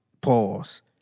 Pause